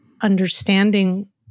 understanding